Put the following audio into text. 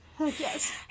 Yes